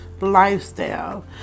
lifestyle